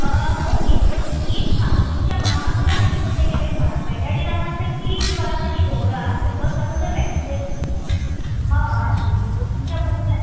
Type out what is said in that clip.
okay पूण एक मात तुमच्या माजराक न्ही जशें की हांवें म्हळां बॅटाडिनान मात्शें क्लीन करात आनी दवरात बिकॉज ताका जर वॅक्सिनेशन हय तुमच्या बुकल्या